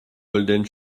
golden